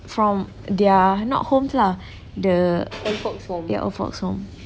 from their not homes lah the ya old folks home